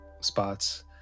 spots